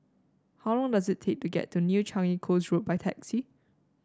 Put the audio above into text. how long does it take to get to New Changi Coast Road by taxi